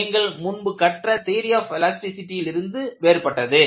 இது நீங்கள் முன்பு கற்ற தியரி ஆப் எலாஸ்டிசிடி ல் இருந்து வேறுபட்டது